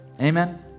Amen